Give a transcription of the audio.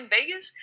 Vegas